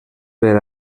per